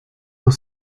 los